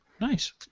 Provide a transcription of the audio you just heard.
Nice